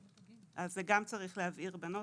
זה גם צריך להבהיר בנוסח.